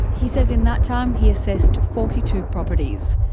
he says in that time, he assessed forty two properties.